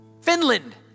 Finland